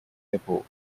airport